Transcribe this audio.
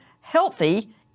healthy